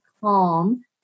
calm